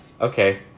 Okay